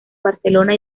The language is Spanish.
barcelona